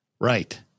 right